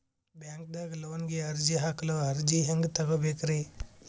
ಬ್ಯಾಂಕ್ದಾಗ ಲೋನ್ ಗೆ ಅರ್ಜಿ ಹಾಕಲು ಅರ್ಜಿ ಹೆಂಗ್ ತಗೊಬೇಕ್ರಿ?